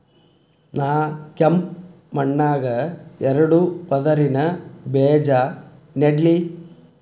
ನಾ ಕೆಂಪ್ ಮಣ್ಣಾಗ ಎರಡು ಪದರಿನ ಬೇಜಾ ನೆಡ್ಲಿ?